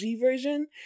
version